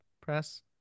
press